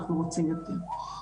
אנחנו רוצים יותר.